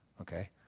okay